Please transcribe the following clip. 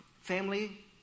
family